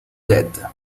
dead